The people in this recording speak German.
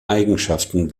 eigenschaften